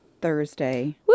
Thursday